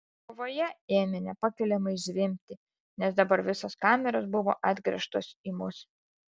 galvoje ėmė nepakeliamai zvimbti nes dabar visos kameros buvo atgręžtos į mus